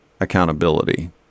accountability